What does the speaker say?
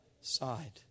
side